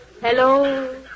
Hello